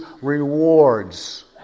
rewards